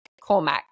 Cormac